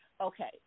okay